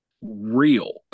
real